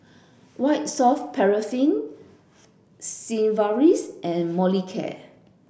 white soft paraffin Sigvaris and Molicare